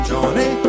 Johnny